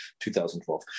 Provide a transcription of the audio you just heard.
2012